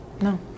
no